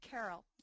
Carol